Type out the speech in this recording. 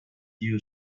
you